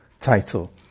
title